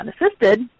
unassisted